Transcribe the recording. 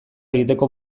egiteko